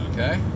Okay